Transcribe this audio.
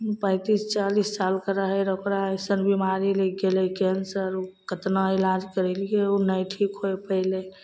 पैंतीस चालिस सालके रहए ओकरा अइसन बिमारी लागि गेलै केंसर कितना इलाज करेलिए ओ नहि ठीक होय पयलै